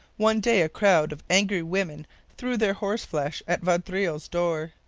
one day a crowd of angry women threw their horse-flesh at vaudreuil's door.